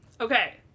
Okay